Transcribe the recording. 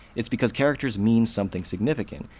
it's because characters mean something significant,